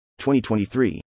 2023